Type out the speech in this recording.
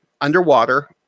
underwater